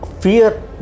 fear